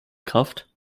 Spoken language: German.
kraft